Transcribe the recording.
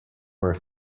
were